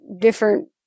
different